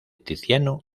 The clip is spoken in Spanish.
tiziano